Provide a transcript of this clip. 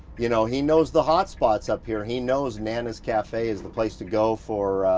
you know he knows the hotspots up here. he knows nana's cafe is the place to go for